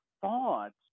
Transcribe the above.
thoughts